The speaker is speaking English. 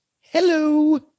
hello